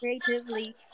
creatively